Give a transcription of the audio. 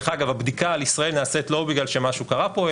דרך אגב הבדיקה על ישראל נעשית לא בגלל שמשהו קרה פה,